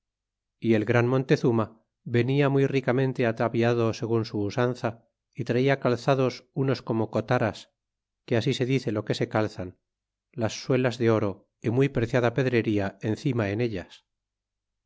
y el gran montezurna venia muy ricamente ataviado segun su usanza y traía calzados unos como cotaras que así se dice lo que se calzan las suelas de oro y muy preciada pedrería encima en ellas